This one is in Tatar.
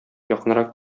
якынрак